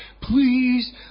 Please